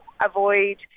avoid